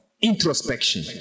Introspection